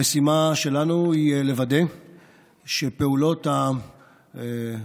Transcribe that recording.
המשימה שלנו היא לוודא שפעולות האכיפה